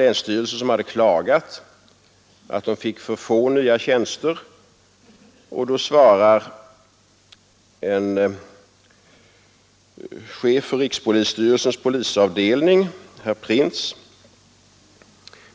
Länsstyrelsen i fråga hade klagat över att den fick för få nya tjänster, och då svarade chefen för rikspolisstyrelsens polisavdelning, herr Printz: